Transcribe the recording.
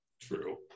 True